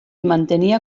mantenia